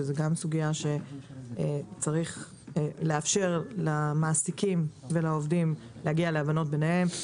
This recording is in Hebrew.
שזה גם סוגיה שצריך לאפשר למעסיקים ולעובדים להגיע להבנות ביניהם.